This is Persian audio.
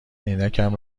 عینکم